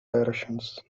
directions